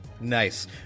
Nice